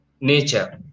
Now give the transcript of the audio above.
nature